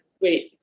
wait